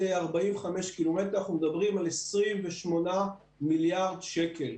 45 קילומטרים אנחנו מדברים על 28 מיליארד שקלים.